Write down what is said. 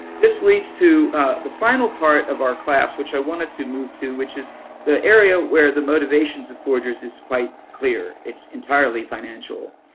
this leads to the final part of our class which i wanted to move to, which is the area where the motivations of forgers is quite clear. it's entirely financial.